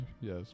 Yes